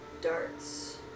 darts